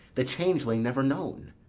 the changeling never known.